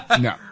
No